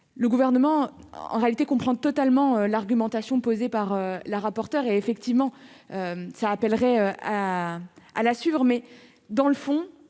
le gouvernement en réalité comprend totalement l'argumentation posées par la rapporteure et effectivement ça appellerait à à la assure mais dans le fond,